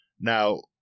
Now